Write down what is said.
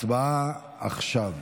הצבעה עכשיו.